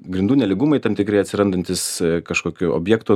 grindų nelygumai tam tikri atsirandantys kažkokių objektų